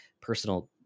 personal